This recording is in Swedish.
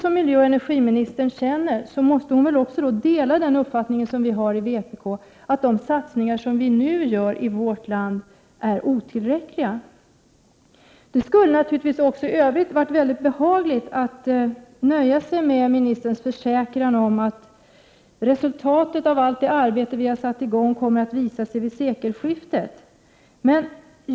Miljöoch energiministern måste väl dela den uppfattning som vi har i vpk, att de satsningar som nu görs i vårt land är otillräckliga. Det skulle naturligtvis också i övrigt ha varit väldigt behagligt att nöja sig med ministerns försäkran om att resultatet av allt det vi sätter i gång med kommer att visa sig vid sekelskiftet.